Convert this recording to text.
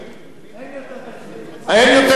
החוק הזה יוצר תקציבית, אתה לא מבין?